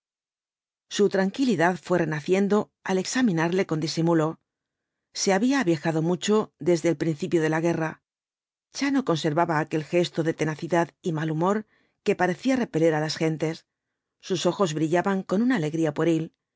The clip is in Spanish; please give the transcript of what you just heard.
su tranquilidad fué renaciendo al examinarle con disimulo se había aviejado mucho desde el principio de la guerra ya no conservaba aquel gto de tenacidad y mal humor que parecía repeler á las gentes sus ojos brillaban con una alegría pueril